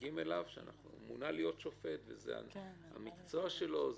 שמונה להיות שופט וזה המקצוע שלו,